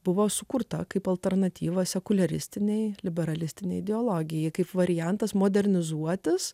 buvo sukurta kaip alternatyva sekuliaristinė liberalistinė ideologija kaip variantas modernizuotis